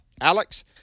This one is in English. Alex